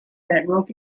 bedrock